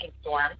storm